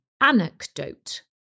Anecdote